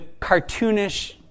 cartoonish